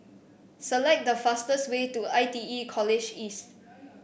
select the fastest way to I T E College East